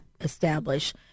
establish